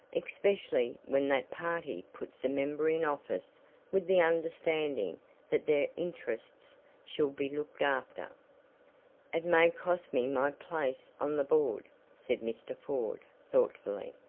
especially when that party puts the member in office with the understanding that their interests shall be looked after. it may cost me my place on the board said mr. ford thoughtfully,